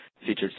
featured